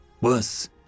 Worse